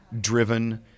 driven—